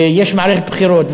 יש מערכת בחירות,